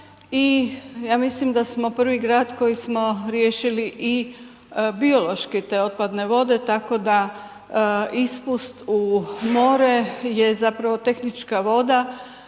i ja mislim da smo prvi grad koji smo riješili i biološke te otpadne vode tako da ispust u more je zapravo tehnička voda